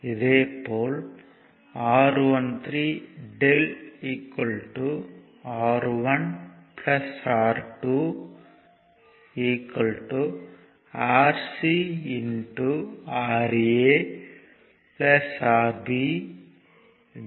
இதே போல் R13 Δ R1 R2 Rc Ra RbRa Rb Rc 2